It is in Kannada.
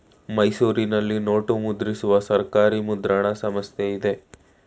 ಮೈಸೂರಿನಲ್ಲಿ ನೋಟು ಮುದ್ರಿಸುವ ಸರ್ಕಾರಿ ಮುದ್ರಣ ಸಂಸ್ಥೆ ಇದೆ